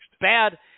bad